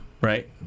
right